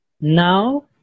now